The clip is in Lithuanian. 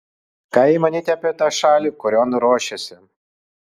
ką jai manyti apie tą šalį kurion ruošiasi